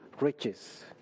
riches